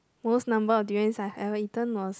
most number of durians I have ever eaten was